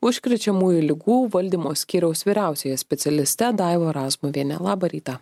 užkrečiamųjų ligų valdymo skyriaus vyriausiąja specialiste daiva razmuviene labą rytą